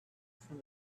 from